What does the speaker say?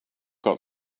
got